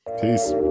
Peace